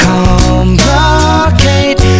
Complicate